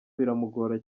biramugora